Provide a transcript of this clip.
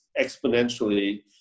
exponentially